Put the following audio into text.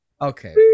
Okay